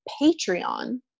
Patreon